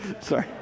Sorry